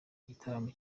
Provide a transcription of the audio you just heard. igitambo